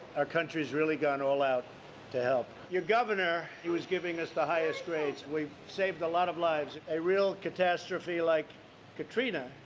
our country has really gone all out to help. your governor he was giving us the highest grades. we've saved a lot of lives. a real catastrophe like katrina.